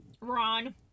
Ron